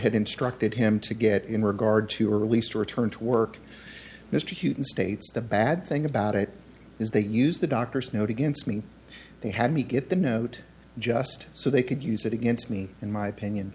had instructed him to get in regard to her release to return to work mr hughton states the bad thing about it is they use the doctor's note against me they had me get the note just so they could use it against me in my opinion